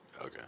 Okay